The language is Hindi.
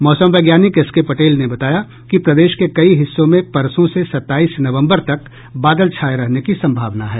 मौसम वैज्ञानिक एस के पटेल ने बताया कि प्रदेश के कई हिस्सों में परसों से सत्ताईस नवम्बर तक बादल छाये रहने की सम्भावना है